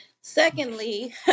Secondly